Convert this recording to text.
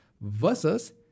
versus